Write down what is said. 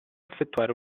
effettuare